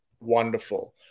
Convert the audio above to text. wonderful